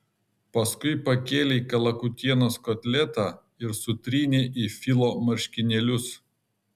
paskui pakėlei kalakutienos kotletą ir sutrynei į filo marškinėlius